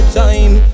time